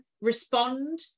respond